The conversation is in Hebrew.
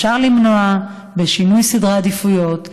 אפשר למנוע בשינוי סדר עדיפויות,